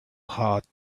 hot